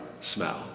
smell